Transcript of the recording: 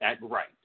right